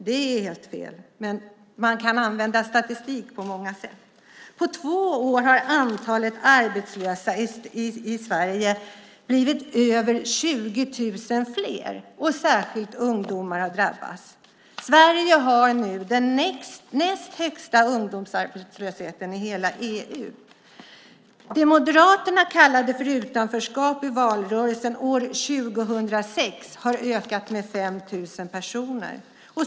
Det är helt fel. Men man kan använda statistik på många sätt. På två år har antalet arbetslösa i Sverige blivit över 20 000 fler. Särskilt ungdomar har drabbats. Sverige har nu den näst högsta ungdomsarbetslösheten i hela EU. Det Moderaterna kallade för utanförskap i valrörelsen år 2006 har ökat med 5 000 personer.